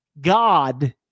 God